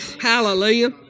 Hallelujah